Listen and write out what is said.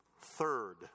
Third